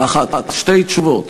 האחת, שתי תשובות.